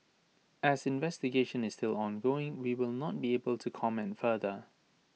as investigation is still ongoing we will not be able to comment further